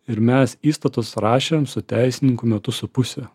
ir mes įstatus rašėm su teisininku metus su puse